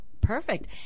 Perfect